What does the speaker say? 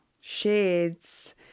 shades